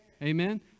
amen